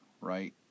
right